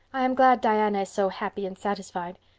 i am glad diana is so happy and satisfied.